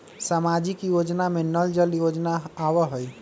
सामाजिक योजना में नल जल योजना आवहई?